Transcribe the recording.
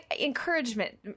encouragement